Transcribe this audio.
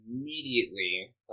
immediately